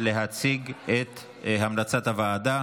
להציג את המלצת הוועדה.